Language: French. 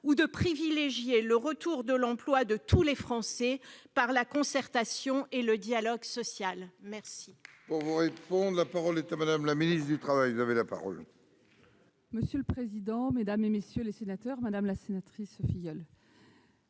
de privilégier le retour à l'emploi de tous les Français par la concertation et le dialogue social ?